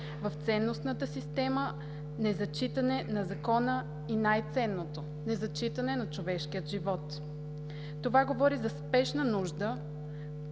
в ценностната система, незачитане на закона и най-ценното – незачитане на човешкия живот. Това говори за спешна нужда